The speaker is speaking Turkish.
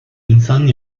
insan